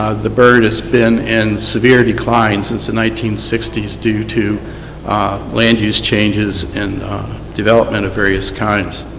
the bird has been in severe decline since the nineteen sixty s, due to land-use changes and development of various kinds.